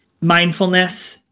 mindfulness